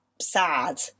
sad